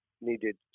needed